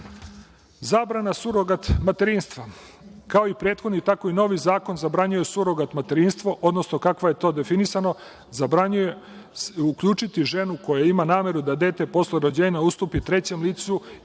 rad. Zabrana surogat materinstva. Kao i prethodni tako i novi zakon zabranjuje surogat materinstvo, odnosno kako je to definisano – zabranjuje se uključiti ženu koja ima nameru da dete posle rođenja ustupi trećem licu ili